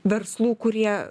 verslų kurie